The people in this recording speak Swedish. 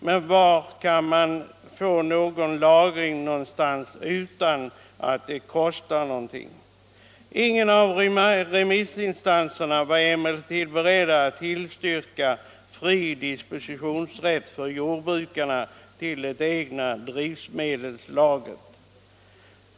Men var kan man få någon lagring utan att det kostar någonting? Ingen av remissinstanserna var emellertid beredd att tillstyrka fri dispositionsrätt för jordbrukarna till det egna drivmedelslagret.